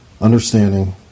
understanding